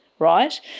right